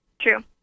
True